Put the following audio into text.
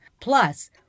Plus